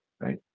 right